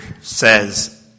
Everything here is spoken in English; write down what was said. says